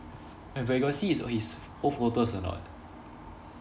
but but you got see his his old photos or not